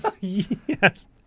Yes